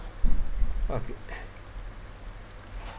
okay